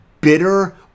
bitter